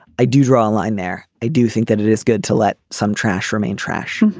i do draw a line there. i do think that it is good to let some trash remain trash.